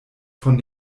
von